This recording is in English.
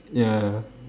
ya